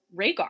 rhaegar